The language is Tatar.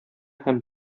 һәм